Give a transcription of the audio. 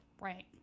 Right